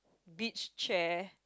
beach chair